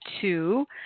two